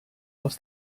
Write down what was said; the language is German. aus